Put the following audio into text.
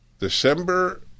December